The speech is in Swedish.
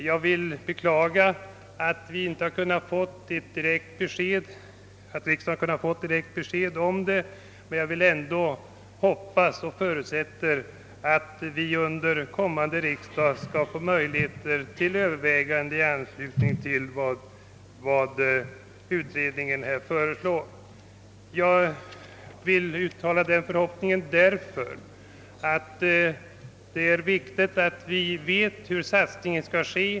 Jag vill beklaga att riksdagen inte har kunnat få ett direkt besked om detta, men jag hoppas och förutsätter ändå att vi under kommande riksdag skall få möjligheter till överväganden i anslutning till utredningens förslag. Jag vill uttala denna förhoppning därför att det är viktigt att vi vet hur satsningen skall göras.